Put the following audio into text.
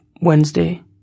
Wednesday